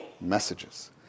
Messages